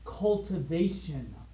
cultivation